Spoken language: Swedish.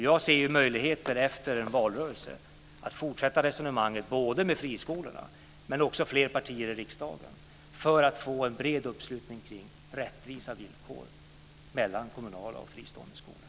Jag ser möjligheterna att efter valrörelsen fortsätta resonemanget både med friskolorna men också med fler partier i riksdagen, för att få en bred uppslutning kring rättvisa villkor mellan kommunala och fristående skolor.